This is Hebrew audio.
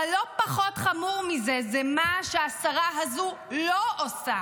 אבל לא פחות חמור מזה זה מה שהשרה הזו לא עושה.